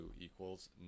equals